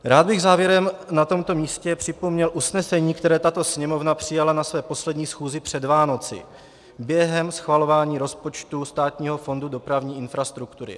Rád bych závěrem na tomto místě připomněl usnesení, které tato Sněmovna přijala na své poslední schůzi před Vánoci během schvalování rozpočtu Státního fondu dopravní infrastruktury.